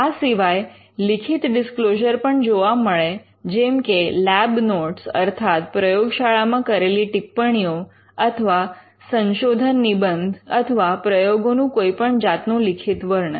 આ સિવાય લિખિત ડિસ્ક્લોઝર પણ જોવા મળે જેમ કે લૅબ નોટ્સ અર્થાત પ્રયોગશાળામાં કરેલી ટિપ્પણીઓ અથવા સંશોધન નિબંધ અથવા પ્રયોગોનું કોઈપણ જાતનું લિખિત વર્ણન